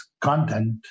content